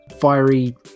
fiery